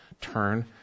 Turn